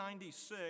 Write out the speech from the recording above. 1996